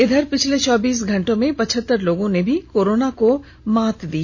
इधर पिछले चौबीस घंटे में पचहतर लोगों ने भी कोरोना को मात दी